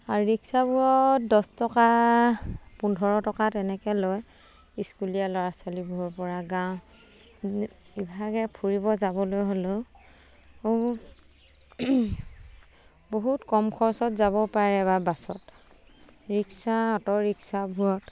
আৰু ৰিক্সাবোৰত দহ টকা পোন্ধৰ টকা তেনেকৈ লয় স্কুলীয়া ল'ৰা ছোৱালীবোৰৰ পৰা গাঁও বিভাগে ফুৰিব যাবলৈ হ'লেও বহুত বহুত কম খৰচত যাব পাৰে বা বাছত ৰিক্সা অ'টোৰিক্সাবোৰত